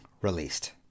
released